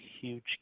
huge